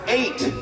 eight